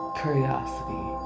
curiosity